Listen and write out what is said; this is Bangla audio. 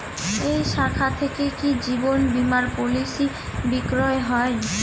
এই শাখা থেকে কি জীবন বীমার পলিসি বিক্রয় হয়?